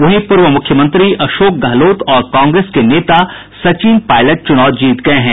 वहीं पूर्व मूख्यमंत्री अशोक गहलोत और कांग्रेस के नेता सचिन पायलट चूनाव जीत गये हैं